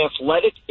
athletic